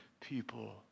people